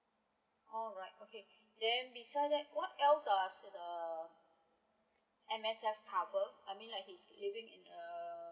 alright okay then besides that what else does the M_S_F cover I mena he is living in a